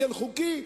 כן חוקי,